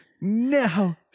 no